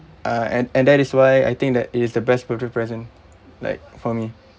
uh and and that is why I think that is the best birthday present like for me